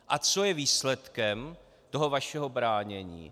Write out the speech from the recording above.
A co je výsledkem toho vašeho bránění?